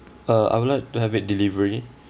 uh I would like to have it delivery